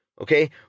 okay